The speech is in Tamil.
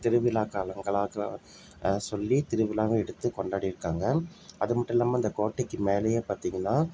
திருவிழா காலங் கலா காலங் சொல்லி திருவிழா எடுத்து கொண்டாடியிருக்காங்க அது மட்டும் இல்லாமல் இந்த கோட்டைக்கு மேலேயே பார்த்திங்கன்னா